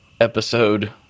episode